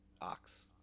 Ox